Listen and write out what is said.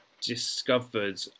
discovered